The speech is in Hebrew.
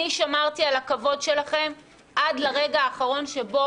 אני שמרתי על הכבוד שלכם עד לרגע האחרון שבו